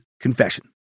confession